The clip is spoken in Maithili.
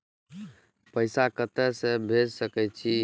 पैसा कते से भेज सके छिए?